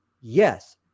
Yes